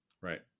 Right